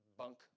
bunk